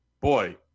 boy